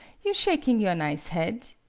you shaking your nize head.